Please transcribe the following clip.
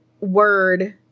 word